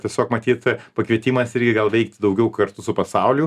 tiesiog matyt pakvietimas irgi gal veikti daugiau kartu su pasauliu